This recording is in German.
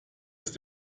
ist